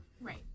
Right